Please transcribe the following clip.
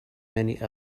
many